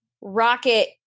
Rocket